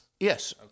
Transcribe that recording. Yes